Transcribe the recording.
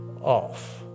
off